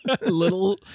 little